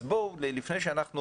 אז לפני שאנחנו